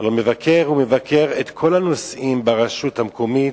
הלוא מבקר הוא מבקר את כל הנושאים ברשות המקומית,